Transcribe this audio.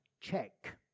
check